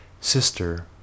Sister